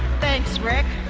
thanks, rick.